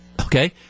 Okay